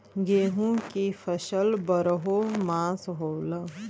गेहूं की फसल बरहो मास होला